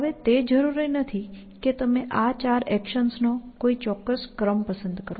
હવે તે જરૂરી નથી કે તમે આ ચાર એક્શન્સનો કોઈ ચોક્કસ ક્રમ પસંદ કરો